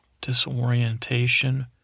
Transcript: disorientation